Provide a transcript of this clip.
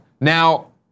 Now